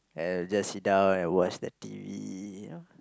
and just sit down and watch the T_V you know